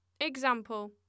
Example